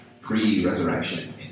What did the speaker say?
pre-resurrection